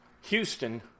Houston